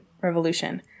Revolution